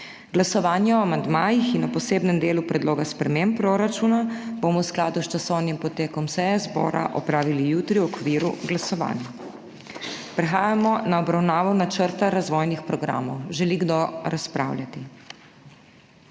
Glasovanje o amandmajih in o posebnem delu predloga sprememb proračuna bomo v skladu s časovnim potekom seje zbora opravili jutri v okviru glasovanj. Prehajamo na obravnavo načrta razvojnih programov. Želi kdo razpravljati?